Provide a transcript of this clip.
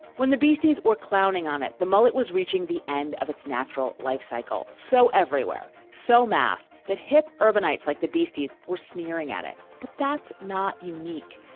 when the beasties were clowning on it, the mullet was reaching the end of its natural life cycle, so everywhere so mass that hip urbanites like the beasties were sneering at it. but that's not unique.